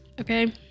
okay